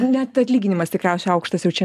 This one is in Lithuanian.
net atlyginimas tikriausiai aukštas jau čia